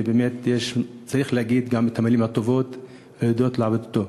ובאמת צריך להגיד גם את המילים הטובות ולהודות לו על עבודתו.